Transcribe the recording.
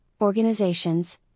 organizations